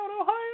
Ohio